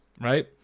right